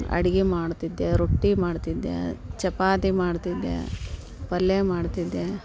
ಅಡಿಗೆ ಮಾಡ್ತಿದ್ದೆ ರೊಟ್ಟಿ ಮಾಡ್ತಿದ್ದೆ ಚಪಾತಿ ಮಾಡ್ತಿದ್ದೆ ಪಲ್ಯ ಮಾಡ್ತಿದ್ದೆ